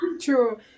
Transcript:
true